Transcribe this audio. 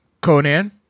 Conan